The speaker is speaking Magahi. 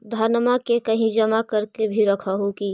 धनमा के कहिं जमा कर के भी रख हू की?